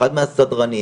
שאחד מהסדרנים,